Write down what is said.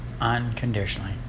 Unconditionally